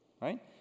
Right